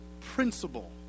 principle